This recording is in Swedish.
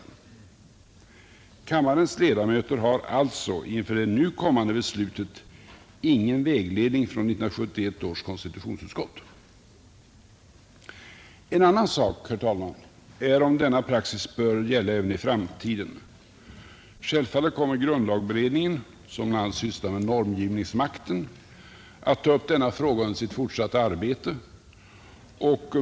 Kammarens ledamöter har alltså inför det nu förestående beslutet ingen vägledning från 1971 års konstitutionsutskott. En annan sak är om denna praxis bör gälla även i framtiden. Självfallet kommer grundlagberedningen, som bl.a. sysslar med normgivningsmakten, att ta upp denna fråga under sitt fortsatta arbete.